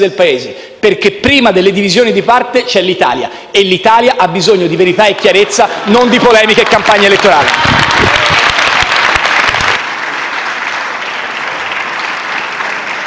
perché prima delle divisioni di parte c'è l'Italia e l'Italia ha bisogno di verità e chiarezza e non di polemiche e di campagna elettorale.